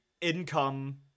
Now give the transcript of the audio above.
income